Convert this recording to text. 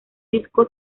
disco